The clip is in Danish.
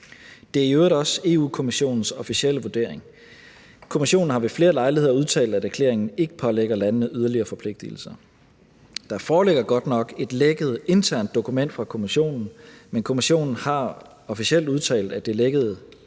Det er i øvrigt også EU-Kommissionens officielle vurdering. Kommissionen har ved flere lejligheder udtalt, at erklæringen ikke pålægger landene yderligere forpligtelser. Der foreligger godt nok et lækket internt dokument fra Kommissionen, men Kommissionen har officielt udtalt, at det lækkede